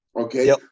Okay